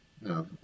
No